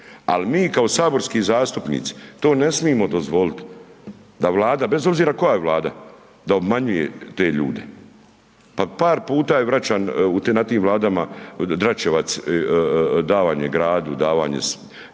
ali mi kao saborski zastupnici to ne smimo dozvolit, da Vlada bez obzira koja je vlada, da obmanjuje te ljude. Pa par puta je vraćan, na tim vladama Dračevac, davanje gradu, davanje,